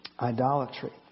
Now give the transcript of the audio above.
Idolatry